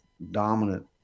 dominant